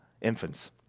infants